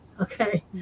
Okay